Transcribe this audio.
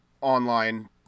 online